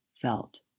felt